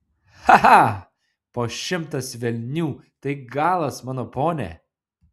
cha cha po šimtas velnių tai galas mano pone